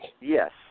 Yes